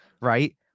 Right